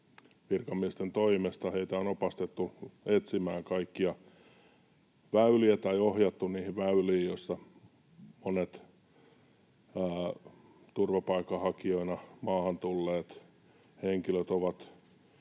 virkamiesten toimesta heitä on opastettu etsimään kaikkia väyliä, ohjattu niihin — joilla monet turvapaikanhakijoina maahan tulleet henkilöt ovat